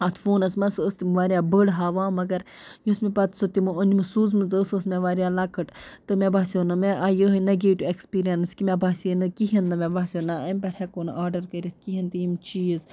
اَتھ فونَس منٛز سۄ ٲس تِم واریاہ بٔڑ ہاوان مگر یُسمےٚ پَتہٕ سۄ تِمو أنۍ مٕژ سوٗزمٕژ ٲس سۄ ٲس مےٚ واریاہ لکٕٹ تہٕ مےٚ باسیو نہٕ مےٚ آے یِہٕے نَگیٹِو اٮ۪کسپیٖرینٕس کہِ مےٚ باسے نہٕ کِہیٖنۍ نہٕ مےٚ باسیو نہ اَمہِ پٮ۪ٹھ ہٮٚکو نہٕ آرڈَر کٔرِتھ کِہیٖنۍ تہِ یِم چیٖز